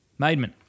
Maidman